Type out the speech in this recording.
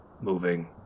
moving